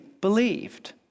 believed